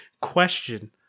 Question